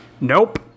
Nope